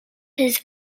his